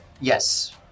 Yes